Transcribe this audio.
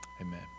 Amen